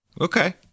Okay